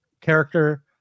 character